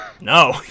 No